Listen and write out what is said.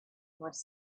was